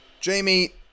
Jamie